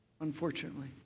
unfortunately